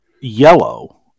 yellow